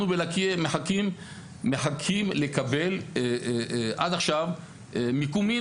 אנחנו בלקיה מחכים לקבל עד עכשיו מיקומים